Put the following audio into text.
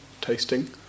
tasting